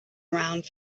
around